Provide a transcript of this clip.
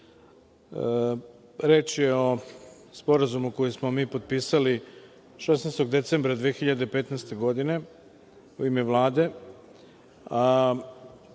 Reč je o sporazumu koji smo mi potpisali 16. decembra 2015. godine u ime Vlade,